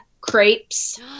Crepes